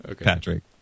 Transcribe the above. Patrick